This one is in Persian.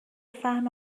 فهم